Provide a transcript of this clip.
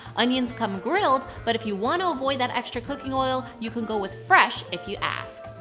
onions come grilled, but if you wanna avoid that extra cooking oil, you can go with fresh if you ask.